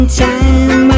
time